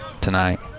tonight